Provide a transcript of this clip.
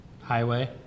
highway